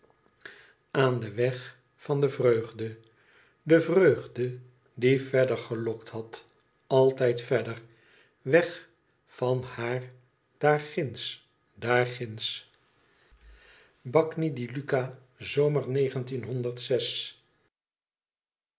aan den weg van de vreugde de vreugde die verder gelokt had altijd verder weg van haar daarginds daarginds bagni di lucca zomer